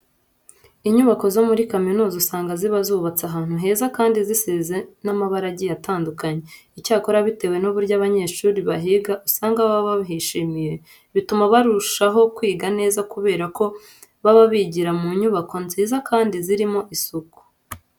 Inyubako zo muri kaminuza usanga ziba zubatse ahantu heza kandi zisize n'amabara agiye atandukanye. Icyakora bitewe n'uburyo abanyeshuri bahiga usanga baba bahishimiye, bituma barushaho kwiga neza kubera ko baba bigira mu nyubako nziza kandi zirimo n'isuku.